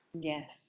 Yes